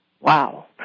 Wow